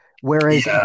Whereas